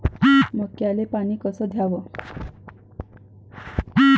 मक्याले पानी कस द्याव?